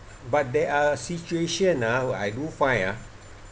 but there are situation ah I do find ah